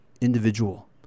individual